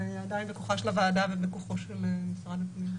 עדיין בכוחה של הוועדה ובכוחו של משרד הפנים.